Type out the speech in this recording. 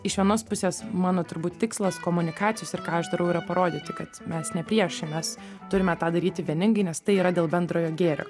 iš vienos pusės mano turbūt tikslas komunikacijos ir ką aš darau yra parodyti kad mes ne priešai mes turime tą daryti vieningai nes tai yra dėl bendrojo gėrio